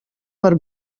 per